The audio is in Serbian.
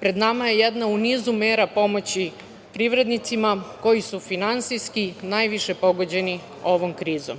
pred nama je jedna u nizu mera pomoći privrednicima koji su finansijski najviše pogođeni ovom krizom.